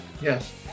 Yes